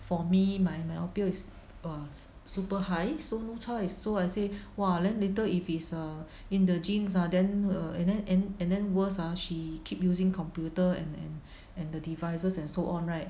for me my myopia is err super high so no choice so I say !wah! then later if it's err in the genes err then ah and then and then worst ah she keep using computer and and the devices and so on right